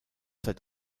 seit